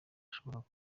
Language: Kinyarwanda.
ashobora